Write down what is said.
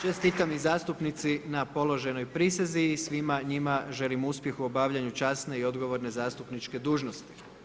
Čestitam i zastupnici na položenoj prisezi i svima njima želim uspjeh u obavljanju časne i odgovorne zastupničke dužnosti.